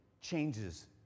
changes